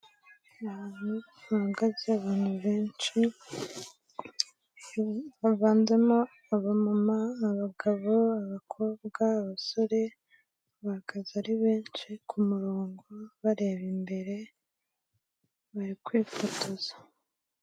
Ahantu hahagaze abantu benshi havanzemo abamama, ababagabo, abakobwa, abasore bahagaze ari benshi ku murongo bareba imbere bari kwifotoza.